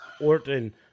Orton